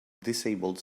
disabled